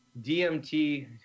DMT